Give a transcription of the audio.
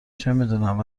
چمیدونم